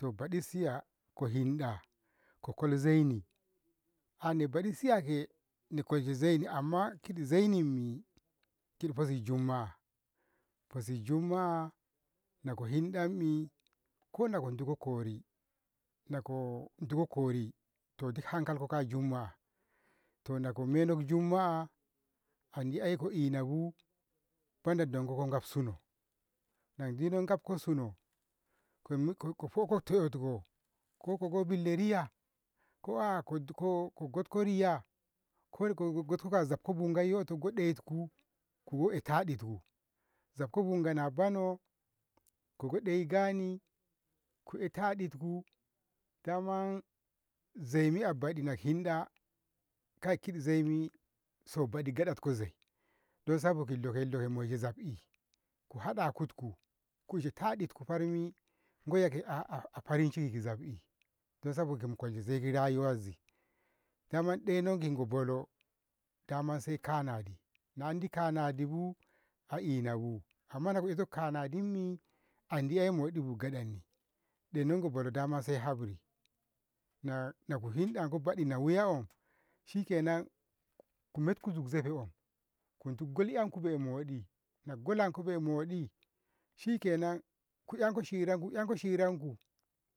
to baɗi siya ko hinɗa ko koli zaini, an baɗi siya ke na kolshe zaini amma kiti zainimmi kitbozi zummu'a, kitiz zummu'a nako hinɗanni kona ko nduko kori goko hankalko ka zummu'a tona komennonkiz zummu'a handi 'yai ko inabu banda dango ka gabsuno nadino gabkon sino komi ko- kofotiyo tiko ko kogo billa riya ko aa kogo ko gotko riya ko kogo gatko ga zatko bunga yoto ko daito ko eh taɗitku zatko bunga na bono kudait zani ku eh taditku daman zaini abani hinɗa kai kitzaini sobaɗi gaɗanko zoi dan sabo lokalo moishe zabbi ki haditku ku ishe taditku farmi goyiya a- a- arishin ki zabni dansaboki kolshe zai ki rayuwazse amma ɗeno kigo bolo damanse kanadi, andikanadibu a ianbu amma nako ito kanadibu a inabu amma nako iko kanadinni andi ey moɗi bogaɗanni denogobono sai haburi na eyku hinɗanko badi yiwonku shikenan kumetku kizofeo kugoli 'yanku be moɗi, naku gonanku be moɗi shikenan ko enko shiranku shiranku